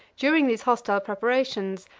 during these hostile preparations,